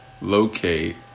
locate